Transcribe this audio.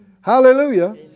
Hallelujah